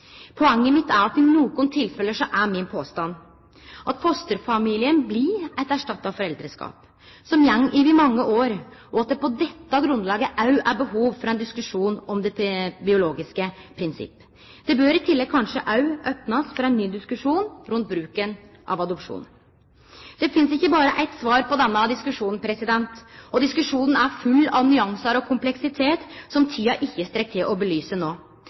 Poenget mitt er at i nokre tilfelle, er min påstand, blir fosterfamilien eit erstatta foreldreskap som går over mange år, og at det på dette grunnlaget òg er behov for ein diskusjon om det biologiske prinsippet. Det bør i tillegg kanskje òg opnast for ein ny diskusjon rundt bruken av adopsjon. Det finst ikkje berre eitt svar på denne diskusjonen, og diskusjonen er full av nyansar og kompleksitet som tida ikkje strekk til å belyse